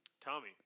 Tommy